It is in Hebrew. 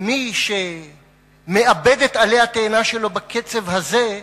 מי שמאבד את עלי התאנה שלו בקצב הזה,